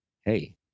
hey